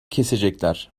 kesecekler